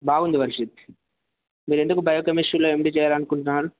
బాగుంది వర్షిత్ మీరు ఎందుకు బయోకెమిస్ట్రీలో ఎండి చేయాలనుకుంటున్నారు